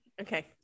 Okay